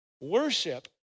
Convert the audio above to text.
Worship